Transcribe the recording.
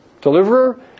deliverer